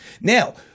Now